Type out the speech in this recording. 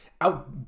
out